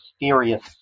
mysterious